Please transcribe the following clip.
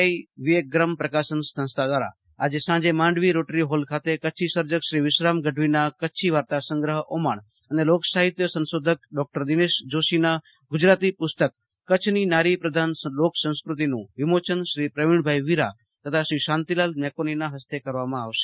આઈના વિવેકગ્રામ પ્રકાશન દ્રારા આજે સાંજે માંડવી રોટરી હોલ ખાતે કચ્છી સર્જક શ્રી વિશ્રામ ગઢવીના કચ્છી વાર્તા સંગ્રહ ઓમાણ અને લોક સાહિત્ય સંસોધક ડોક્ટર દિનેશ જોશીના ગુજરાતી પુસ્તક કચ્છની નારીપ્રધાન લોક સંસ્ક્રતિનું વિમોયન શ્રી પ્રવિણભાઈ વીરા તથા શાંતિલાલ મેકોનીના હસ્તે કરવામાં આવશે